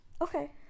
Okay